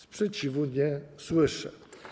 Sprzeciwu nie słyszę.